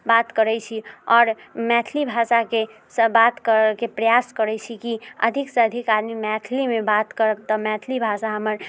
बात करैत छी आओर मैथिली भाषाकेसँ बात करऽके प्रयास करैत छी कि अधिकसँ अधिक आदमी मैथिलीमे बात करत तऽ मैथिली भाषा हमर